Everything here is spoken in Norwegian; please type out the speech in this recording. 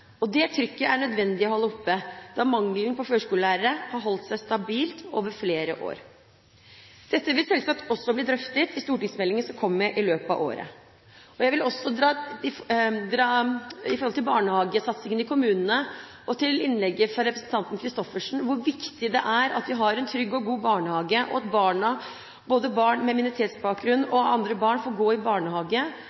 og det trykket er det nødvendig å holde oppe da mangelen på førskolelærere har holdt seg stabil over flere år. Dette vil selvsagt også bli drøftet i stortingsmeldingen som kommer i løpet av året. Når det gjelder barnehagesatsingen i kommunene, vil jeg vise til innlegget fra representanten Christoffersen, som trekker inn hvor viktig det er med trygge og gode barnehager, og at både barn med minoritetsbakgrunn og andre barn kan gå i barnehage og